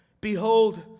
Behold